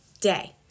day